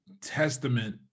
testament